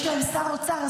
יש להם שר אוצר,